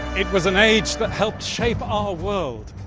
it was an age that helped shape our world,